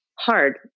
hard